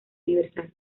universal